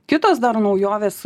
kitos dar naujovės